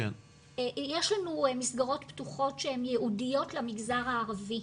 יש לנו מסגרות פתוחות שהן ייעודיות למגזר הערבי,